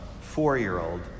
four-year-old